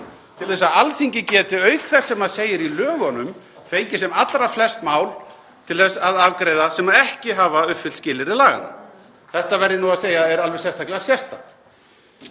til þess að Alþingi geti, auk þess sem segir í lögunum, fengið sem allra flest mál til að afgreiða sem ekki hafa uppfyllt skilyrði laganna. Þetta verð ég að segja að er alveg sérstaklega sérstakt.